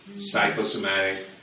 psychosomatic